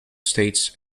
states